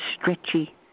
stretchy